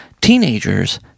teenagers